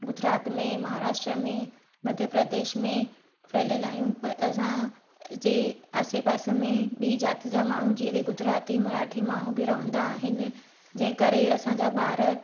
गुजरात में महाराष्ट्रा में मध्य प्रदेश में फैलियल आहियूं पर असांजे आसे पासे में ॿी जात जा माण्हू जीअं की गुजराती मराठी माण्हू बि रहंदा आहिनि जंहिं करे असांजा ॿार